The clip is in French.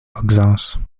auxances